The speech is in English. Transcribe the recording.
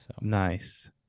Nice